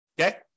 Okay